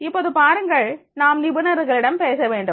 இப்போது பாருங்கள் நாம் நிபுணர்களிடம் பேச வேண்டும்